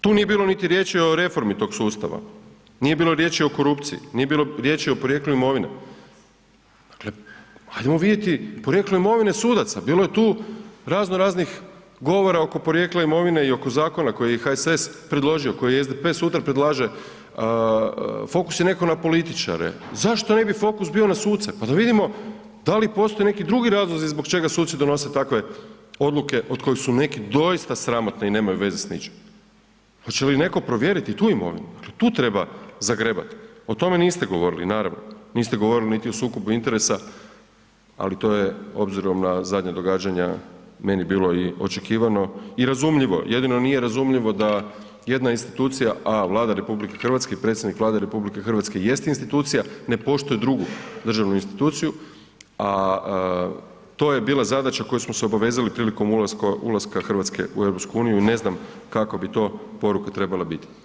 Tu nije bilo niti riječi o reformi tog sustava, nije bilo riječi o korupciji, nije bilo riječi o porijeklu imovine, dakle ajdemo vidjeti porijeklo imovine sudaca, bilo je to razno raznih govora oko porijekla imovine i oko zakona koji je HSS predložio, koji SDP sutra predlaže, fokuse je reko na političare, zašto ne bi fokus bio na suce, pa da vidimo da li postoji neki drugi razlozi zbog čega suci donose takve odluke od kojih su neki doista sramotne i nemaju veze s ničim, hoće li netko provjeriti tu imovinu, dakle tu treba zagrebat, o tome niste govorili naravno, niste govorili niti o sukobu interesa, ali to je obzirom na zadnja događanja meni bilo i očekivano i razumljivo, jedino nije razumljivo da jedna institucija, a Vlada RH, predsjednik Vlade RH jest institucija, ne poštuje drugu državnu instituciju, a to je bila zadaća koju smo se obavezali prilikom ulaska RH u EU i ne znam kakva bi to poruka trebala biti.